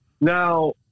Now